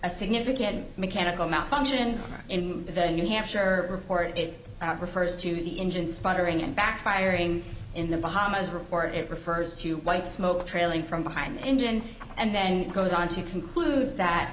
a significant mechanical malfunction in the new hampshire report it refers to the engine sputtering and backfiring in the bahamas report it refers to white smoke trailing from behind the engine and then goes on to conclude that